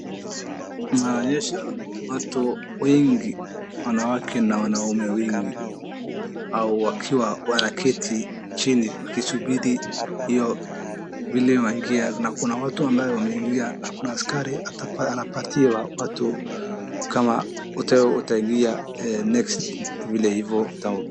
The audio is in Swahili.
Inaonyesha watu wengi wanawake na wanaume wengi, hao wakiwa wameketi chini wakisubiri kuingia na kuna watu ambao ameingia na kuna askari anapatia watu kama wataingia next .